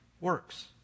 works